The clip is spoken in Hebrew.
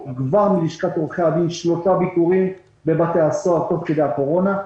מלשכת עורכי הדין כבר היו שלושה ביקורים בבתי הסוהר תוך כדי הקורונה,